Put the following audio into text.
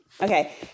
Okay